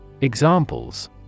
Examples